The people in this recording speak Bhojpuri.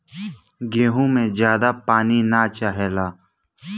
गेंहू में ज्यादा पानी ना चाहेला